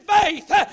faith